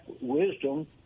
wisdom